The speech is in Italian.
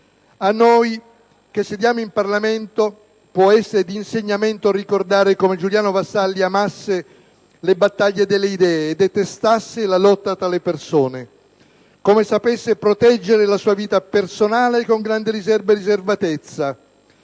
A noi che sediamo in Parlamento può essere di insegnamento ricordare come Giuliano Vassalli amasse le battaglie delle idee e detestasse la lotta tra le persone, come sapesse proteggere la sua vita personale con grande riserbo e riservatezza,